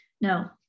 No